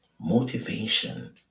motivation